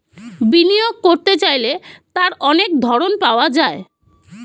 বিনিয়োগ করতে চাইলে তার অনেক ধরন পাওয়া যায়